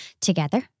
together